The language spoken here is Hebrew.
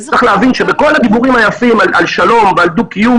צריך להבין שבכל הדיבורים היפים על שלום ועל דו-קיום